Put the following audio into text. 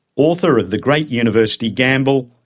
author of the great university gamble,